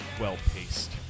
well-paced